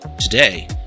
Today